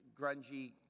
grungy